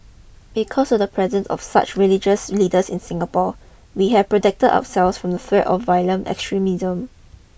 because of the presence of such religious leaders in Singapore we have protected ourselves from the threat of violent extremism